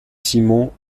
simon